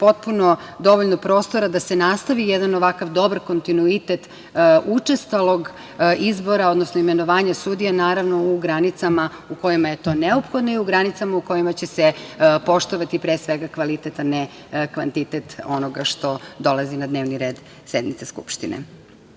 potpuno dovoljno prostora da se nastavi jedan ovakav dobar kontinuitet učestalog izbora, odnosno imenovanja sudija, naravno, u granicama u kojima je to neophodno i u granicama u kojima će se poštovati pre svega kvalitet, a ne kvantitet onoga što dolazi na dnevni red sednice Skupštine. Dalje,